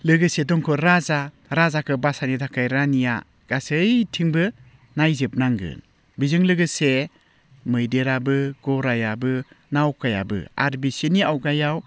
लोगोसे दङ राजा राजाखौ बासायनो थाखाय रानिया गासैथिंबो नायजोबनांगोन बेजों लोगोसे मैदेराबो गराइयाबो नावखायाबो आरो बिसोरनि आवगायाव